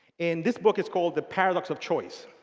and this book is called the paradox of choice.